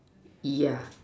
yeah